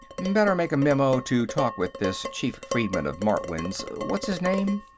better make a memo to talk with this chief-freedman of martwynn's, what's his name?